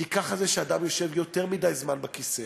כי ככה זה כשאדם יושב יותר מדי זמן בכיסא